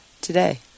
today